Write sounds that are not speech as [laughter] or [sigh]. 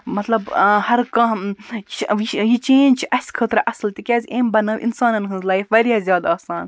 مطلب ہر کانٛہہ یہِ چھِ وٕ [unintelligible] یہِ چینٛج چھِ اَسہِ خٲطرٕ اَصٕل تِکیٛازِ امۍ بَنٲو اِنسانَن ہٕنٛز لایِف واریاہ زیادٕ آسان